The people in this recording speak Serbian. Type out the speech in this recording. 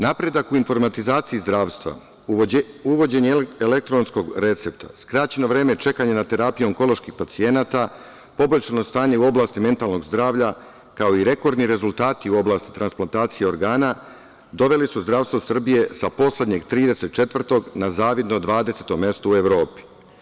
Napredak u informatizaciji zdravstva, uvođenje elektronskog reseta, skraćeno vreme čekanja na terapiju onkoloških pacijenata, poboljšano stanje u oblasti mentalnog zdravlja, kao i rekordni rezultati u oblasti transplantacije organa doveli su zdravstvo Srbije sa poslednjeg 34 na zavidno 20 mesto u Evropi.